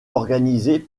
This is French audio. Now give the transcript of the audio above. organisée